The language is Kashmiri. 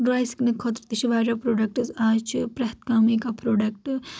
ڈرے سکنہٕ خٲطرٕ تہِ چھِ واریاہ پروڈکٹٕس آز چھُ پرٮ۪تھ کانٛہہ میکپ پروڈکٹ